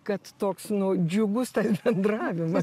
kad toks nuo džiugus tas bendravimas